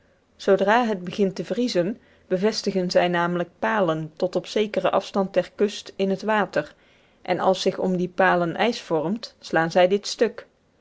zoodra het begint te vriezen bevestigen zij namelijk palen tot op zekeren afstand der kust in het water en als zich om die palen ijs vormt slaan zij dit stuk